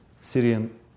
Syrian